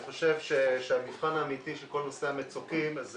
אני חושב שהמבחן האמיתי של כל נושא המצוקים זה